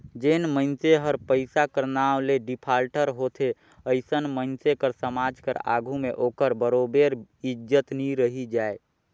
जेन मइनसे हर पइसा कर नांव ले डिफाल्टर होथे अइसन मइनसे कर समाज कर आघु में ओकर बरोबेर इज्जत नी रहि जाए